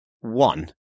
one